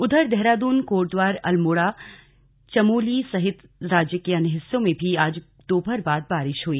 उधर देहरादून कोटद्वार अल्मोड़ा चमोली सहित राज्य के अन्य हिस्सों में भी आज दोपहर बाद बारिश हुई